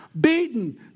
Beaten